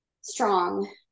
strong